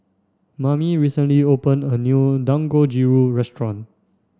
Mamie recently opened a new Dangojiru Restaurant